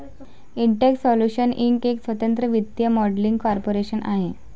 Intex Solutions Inc एक स्वतंत्र वित्तीय मॉडेलिंग कॉर्पोरेशन आहे